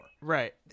Right